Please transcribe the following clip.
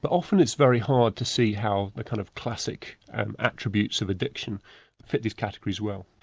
but often it's very hard to see how the kind of classic and attributes of addiction fit these categories well.